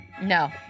No